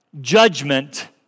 judgment